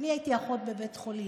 אני הייתי אחות בבית חולים.